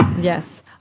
Yes